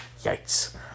Yikes